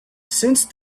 since